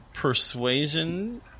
persuasion